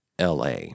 LA